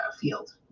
field